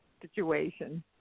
situation